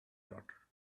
daughter